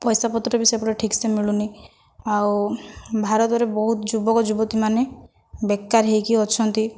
ପଇସା ପତ୍ରବି ସେପଟେ ଠିକ୍ସେ ମିଳୁନାହିଁ ଆଉ ଭାରତରେ ବହୁତ ଯୁବକ ଯୁବତୀମାନେ ବେକାର ହୋଇକି ଅଛନ୍ତି